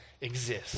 exist